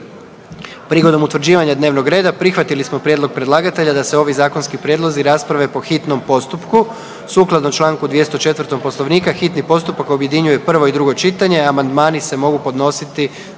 Prigodom utvrđivanja dnevnog reda prihvatili smo prijedlog predlagatelja da se ovi zakonski prijedlozi rasprave po hitnom postupku. Sukladno Članku 204. Poslovnika hitni postupak objedinjuje prvo i drugo čitanje, a amandmani se mogu podnositi